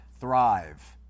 thrive